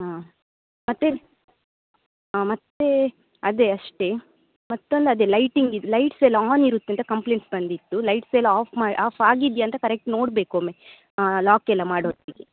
ಹಾಂ ಮತ್ತು ಹಾಂ ಮತ್ತು ಅದೆ ಅಷ್ಟೆ ಮತ್ತೊಂದು ಅದೆ ಲೈಟಿಂಗಿದ್ದು ಲೈಟ್ಸ್ ಎಲ್ಲ ಆನ್ ಇರುತ್ತೆ ಅಂತ ಕಂಪ್ಲೆಂಟ್ಸ್ ಬಂದಿತ್ತು ಲೈಟ್ಸ್ ಎಲ್ಲ ಆಫ್ ಮಾ ಆಫ್ ಆಗಿದೆಯಾ ಅಂತ ಕರೆಕ್ಟ್ ನೋಡ್ಬೇಕು ಒಮ್ಮೆ ಲಾಕ್ ಎಲ್ಲ ಮಾಡುವೊತ್ತಿಗೆ